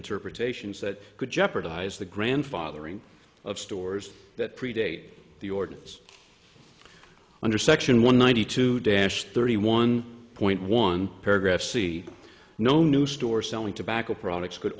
interpretations that could jeopardize the grandfathering of stores that predate the ordinance under section one ninety two dash thirty one point one paragraph c no new store selling tobacco products